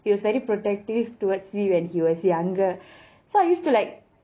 he was very protective towards me when he was younger so I used to like